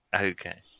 Okay